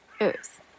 earth